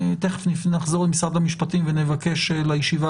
תכף נחזור למשרד המשפטים ונבקש לישיבה